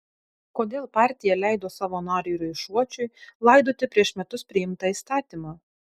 kodėl partija leido savo nariui raišuočiui laidoti prieš metus priimtą įstatymą